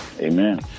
Amen